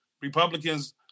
Republicans